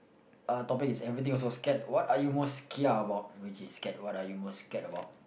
uh topic is everything also scared what are you most kia about which is scared about what are you most scared about